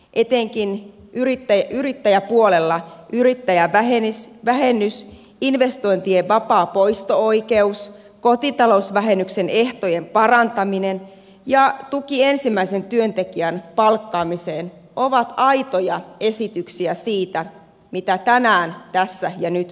etenkin yrittäjäpuolella yrittäjävähennys investointien vapaa poisto oikeus kotitalousvähennyksen ehtojen parantaminen ja tuki ensimmäisen työntekijän palkkaamiseen ovat aitoja esityksiä siitä mitä tänään tässä ja nyt voitaisiin tehdä